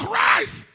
Christ